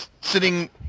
sitting